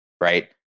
Right